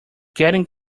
getting